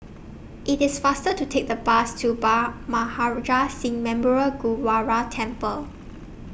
IT IS faster to Take The Bus to Bhai Maharaj Singh Memorial Gurdwara Temple